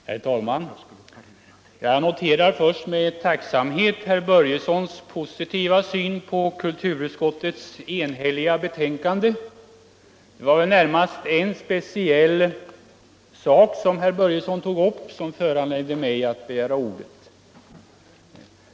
Herr talman! Jag noterar först med tacksamhet herr Börjessons i Falköping positiva syn på kulturutskottets enhälliga betänkande. Det var närmast en speciell sak i herr Börjessons anförande som föranledde mig att begära ordet.